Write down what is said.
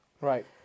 Right